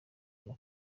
mama